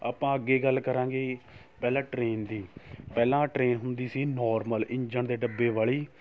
ਆਪਾਂ ਅੱਗੇ ਗੱਲ ਕਰਾਂਗੇ ਪਹਿਲਾਂ ਟਰੇਨ ਦੀ ਪਹਿਲਾਂ ਟਰੇਨ ਹੁੰਦੀ ਸੀ ਨੋਰਮਲ ਇੰਜਣ ਦੇ ਡੱਬੇ ਵਾਲੀ